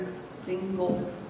single